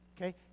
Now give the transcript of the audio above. Okay